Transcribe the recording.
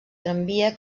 tramvia